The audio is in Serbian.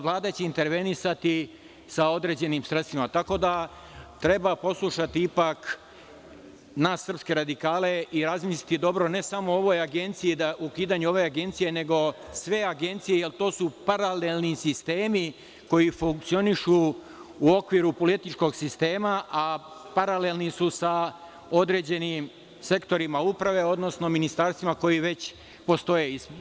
Vlada će intervenisati sa određenim sredstvima, tako da treba poslušati ipak nas srpske radikale i razmisliti dobro ne samo o ovoj agenciji, da ukidanjem ove agencije, nego sve agencije, jer to su paralelni sistemi koji funkcioniši u okviru političkog sistema, a paralelni su sa određenim sektorima uprave, odnosno ministarstvima koji već postoje.